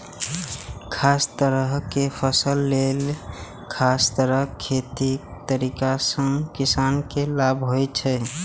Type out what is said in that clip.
खास तरहक फसल लेल खास तरह खेतीक तरीका सं किसान के लाभ होइ छै